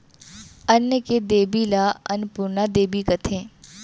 अन्न के देबी ल अनपुरना देबी कथें